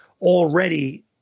already